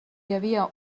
havia